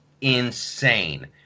insane